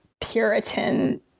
Puritan